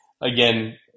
Again